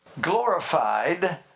Glorified